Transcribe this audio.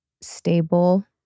stable